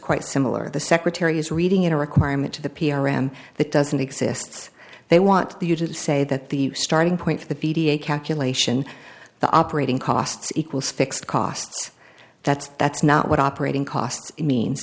quite similar the secretary is reading in a requirement to the p r m that doesn't exists they want you to say that the starting point for the calculation the operating costs equals fixed cost that's that's not what operating costs it means